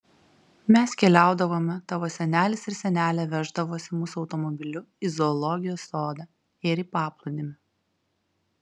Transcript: mes keliaudavome tavo senelis ir senelė veždavosi mus automobiliu į zoologijos sodą ir į paplūdimį